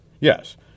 Yes